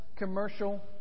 commercial